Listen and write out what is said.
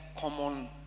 common